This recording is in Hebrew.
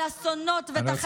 על אסונות ותחזיות.